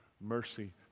mercy